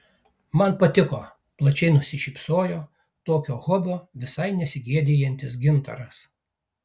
man patiko plačiai nusišypsojo tokio hobio visai nesigėdijantis gintaras